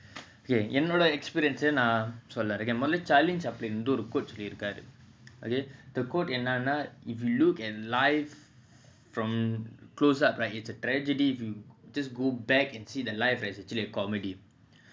okay என்னோட:ennoda experience நான்சொல்லஇருக்கேன்மொதல்லசார்லிசாப்ளின்ஒரு:nan solla iruken mothalla charlie chaplin oru quote சொல்லிருக்காருஅதுஎன்னன்னா:solllirukaru adhu ennanaa if you look at life from close up right it's a tragedy but if you just go back and see that life is actually a comedy